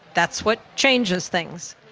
that's what changes things.